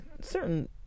certain